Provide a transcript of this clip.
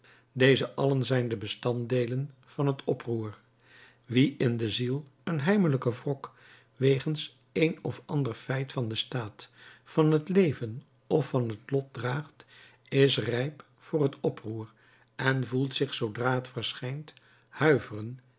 deze allen zijn de bestanddeelen van het oproer wie in de ziel een heimelijken wrok wegens een of ander feit van den staat van het leven of van het lot draagt is rijp voor het oproer en voelt zich zoodra het verschijnt huiveren